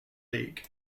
league